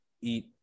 eat